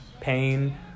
pain